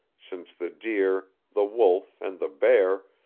since the deer, the wolf, and the bear,